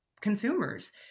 consumers